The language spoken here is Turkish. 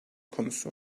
konusu